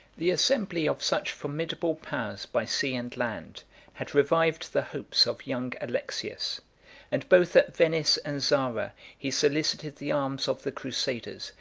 the assembly of such formidable powers by sea and land had revived the hopes of young alexius and both at venice and zara, he solicited the arms of the crusaders,